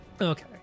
Okay